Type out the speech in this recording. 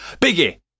Biggie